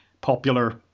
popular